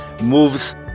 moves